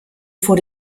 vor